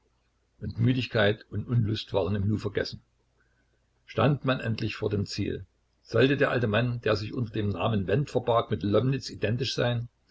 und müdigkeit und unlust waren im nu vergessen stand man endlich vor dem ziel sollte der alte mann der sich unter dem namen wendt verbarg mit lomnitz identisch sein